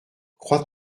crois